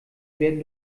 werden